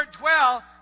dwell